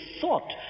thought